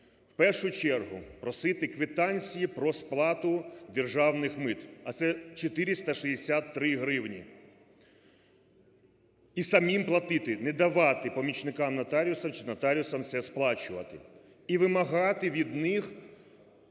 в першу чергу просити квитанції про сплату державних мит, а це 463 гривні, і самим платити, не давати помічникам нотаріуса чи нотаріусам це сплачувати; і вимагати від них